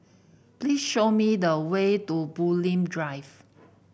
please show me the way to Bulim Drive